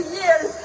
years